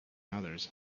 others